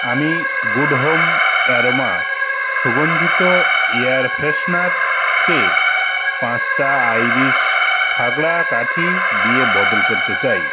আমি good home aroma সুগন্ধিত air ফ্রেশনারকে পাঁচটা আইরিস খাগড়া কাঠি দিয়ে বদল করতে চাই